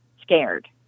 scared